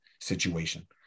situation